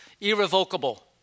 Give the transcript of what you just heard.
irrevocable